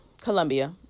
Colombia